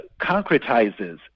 concretizes